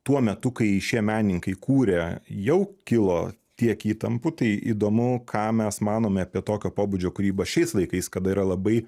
tuo metu kai šie menininkai kūrė jau kilo tiek įtampų tai įdomu ką mes manome apie tokio pobūdžio kūrybą šiais laikais kada yra labai